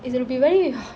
it'll be very